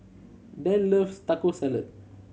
Dane loves Taco Salad